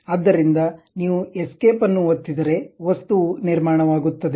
ಆದ್ದರಿಂದ ನೀವು ಎಸ್ಕೇಪ್ ಅನ್ನು ಒತ್ತಿದರೆ ವಸ್ತುವು ನಿರ್ಮಾಣವಾಗುತ್ತದೆ